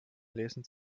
lesen